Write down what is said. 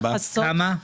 כמה?